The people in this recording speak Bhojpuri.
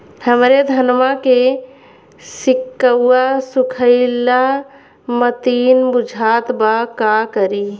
हमरे धनवा के सीक्कउआ सुखइला मतीन बुझात बा का करीं?